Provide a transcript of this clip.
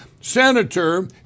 senator